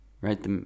right